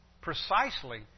precisely